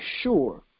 sure